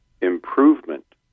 improvement